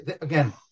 again